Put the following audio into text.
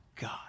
god